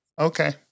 Okay